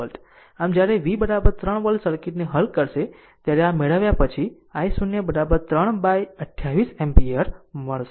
આમ જ્યારે v 3 volt સર્કિટને હલ કરશે ત્યારે આ મેળવ્યા પછી i0 3 બાય 28 એમ્પીયર મળશે